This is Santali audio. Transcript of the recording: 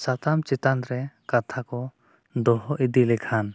ᱥᱟᱛᱟᱢ ᱪᱮᱛᱟᱱ ᱨᱮ ᱠᱟᱛᱷᱟ ᱠᱚ ᱫᱚᱦᱚ ᱤᱫᱤ ᱞᱮᱠᱷᱟᱱ